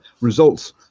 results